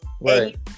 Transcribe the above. right